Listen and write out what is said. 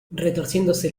retorciéndose